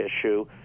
issue